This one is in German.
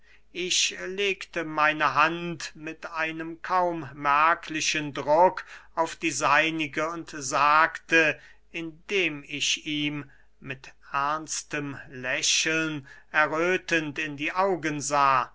ich legte meine hand mit einem kaum merklichen druck auf die seinige und sagte indem ich ihm mit ernstem lächeln erröthend in die augen sah